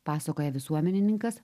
pasakoja visuomenininkas